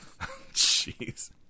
Jeez